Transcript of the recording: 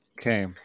Okay